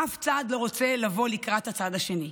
אף צד לא רוצה לבוא לקראת הצד השני.